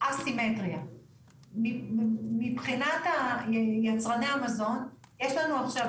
א-סמיטריה מבחינת יצרני המזון יש לנו עכשיו